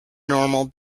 normal